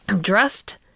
dressed